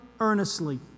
earnestly